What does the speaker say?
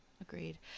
Agreed